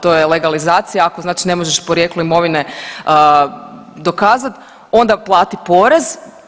To je legalizacija, ako znači ne možeš porijeklo imovine dokazati onda plati porez.